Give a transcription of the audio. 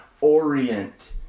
orient